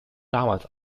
damals